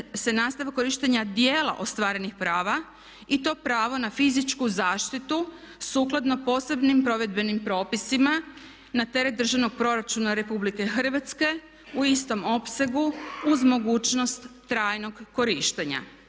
se nastavljanje korištenja dijela ostvarenih prava i to pravo na fizičku zaštitu sukladno posebnim provedbenim propisima na teret Državnog proračuna RH u istom opsegu uz mogućnost trajnog korištenja.